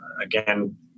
Again